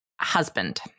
Husband